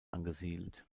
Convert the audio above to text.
angesiedelt